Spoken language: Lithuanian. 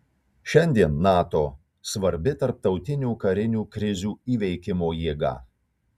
šiandien nato svarbi tarptautinių karinių krizių įveikimo jėga